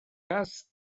gas